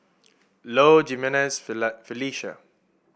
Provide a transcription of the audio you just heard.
Low Jimenez Felicia